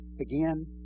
again